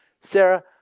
Sarah